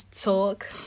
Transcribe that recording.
talk